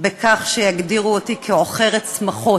בכך שיגדירו אותי כעוכרת שמחות.